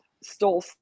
stole